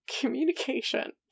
communication